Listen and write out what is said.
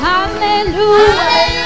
Hallelujah